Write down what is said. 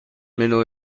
منو